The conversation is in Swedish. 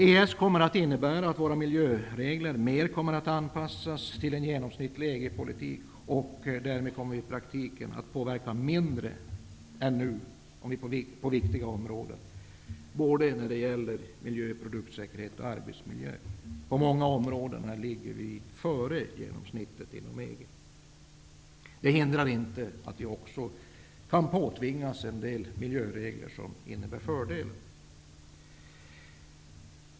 EES kommer att innebära att våra miljöregler kommer att anpassas mer till en genomsnittlig EG politik. Därigenom kommer vi i praktiken att påverka mindre än nu på viktiga områden, som miljö, produktsäkerhet och arbetsmiljö. På många områden ligger vi före genomsnittet inom EG. Det hindrar inte att vi också kan påtvingas en del miljöregler som innebär fördelar.